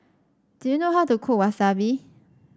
do you know how to cook Wasabi